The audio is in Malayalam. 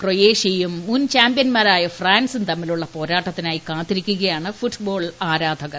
ക്രൊയേഷ്യയും മുൻ ചാമ്പ്യൻമാരായ ഫ്രാൻസും തമ്മിലുള്ള പോരാട്ടത്തിനായി കാത്തിരിക്കുകയാണ് ഫുട്ബോൾ ആരാധകർ